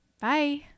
Bye